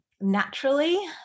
naturally